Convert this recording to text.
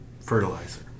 fertilizer